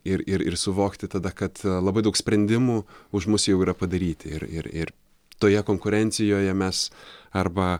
ir ir ir suvokti tada kad labai daug sprendimų už mus jau yra padaryti ir ir ir toje konkurencijoje mes arba